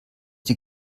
die